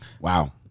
Wow